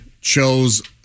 chose